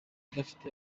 udafite